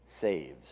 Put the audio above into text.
saves